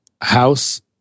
house